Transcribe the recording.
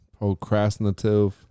procrastinative